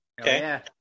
Okay